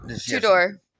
Two-door